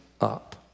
up